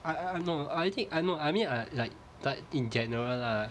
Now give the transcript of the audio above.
I I no I think I know I mean I like like in general lah